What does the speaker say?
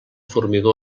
formigó